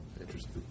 Interesting